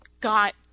got